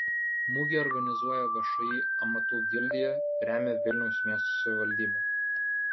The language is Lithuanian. mugę organizuoja všį amatų gildija remia vilniaus miesto savivaldybė